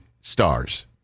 stars